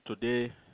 today